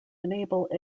enable